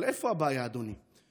אבל איפה הבעיה, אדוני?